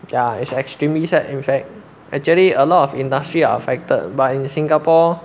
ya is extremely sad in fact actually a lot of industry are affected but in singapore